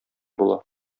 була